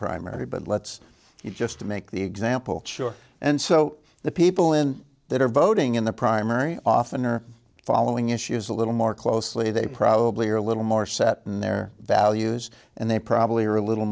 primary but let's just make the example shore and so the people in that are voting in the primary often are following issues a little more closely they probably are a little more set in their values and they probably are a little